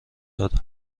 دادن